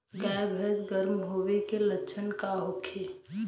गाय भैंस गर्म होय के लक्षण का होखे?